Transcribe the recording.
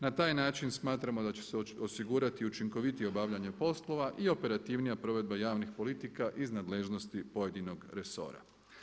Na taj način smatramo da će se osigurati učinkovitije obavljanje poslova i operativnija provedba javnih politika iz nadležnosti pojedinog resora.